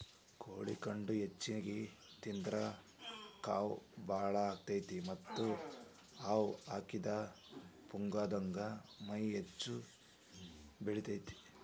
ಕೋಳಿ ಖಂಡ ಹೆಚ್ಚಿಗಿ ತಿಂದ್ರ ಕಾವ್ ಬಾಳ ಆಗತೇತಿ ಮತ್ತ್ ಹವಾ ಹಾಕಿದ ಪುಗ್ಗಾದಂಗ ಮೈ ಹೆಚ್ಚ ಬೆಳಿತೇತಿ